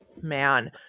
Man